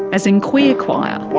as in queer choir.